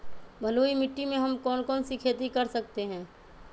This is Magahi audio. बलुई मिट्टी में हम कौन कौन सी खेती कर सकते हैँ?